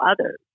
others